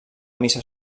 missa